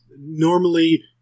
Normally